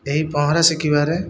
ଏହି ପହଁରା ଶିଖିବାରେ